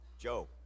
Joe